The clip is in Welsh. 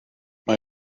mae